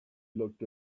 looked